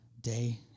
day